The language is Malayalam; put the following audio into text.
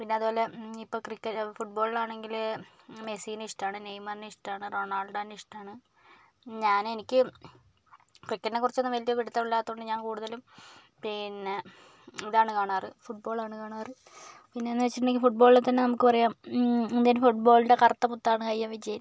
പിന്നെ അതുപോലെ ഇപ്പം ക്രിക്ക ഫുട്ബോളിൽ ആണെങ്കില് മെസ്സിനെ ഇഷ്ടമാണ് നെയ്മറിനെ ഇഷ്ടമാണ് റൊണാൾഡോനെ ഇഷ്ടാണ് ഞാൻ എനിക്ക് ക്രിക്കറ്റിനെ കുറിച്ച് വലിയ പിടുത്തം ഇല്ലാത്തതുകൊണ്ട് ഞാൻ കൂടുതലും പിന്നെ ഇതാണ് കാണാറ് ഫുട്ബോളാണ് കാണാറ് പിന്നെന്നു വച്ചിട്ടുണ്ടെങ്കിൽ ഫുട്ബോളിൽ തന്നെ നമുക്ക് പറയാം ഇന്ത്യൻ ഫുട്ബോളിൻ്റെ കറുത്ത മുത്താണ് ഐ എൻ വിജയൻ